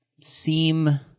seem